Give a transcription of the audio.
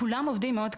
כולם עובדים מאוד קשה.